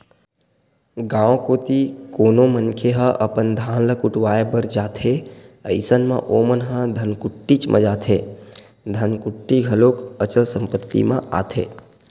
गाँव कोती कोनो मनखे ह अपन धान ल कुटावय बर जाथे अइसन म ओमन ह धनकुट्टीच म जाथे धनकुट्टी घलोक अचल संपत्ति म आथे